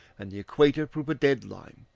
and the equator prove a dead-line,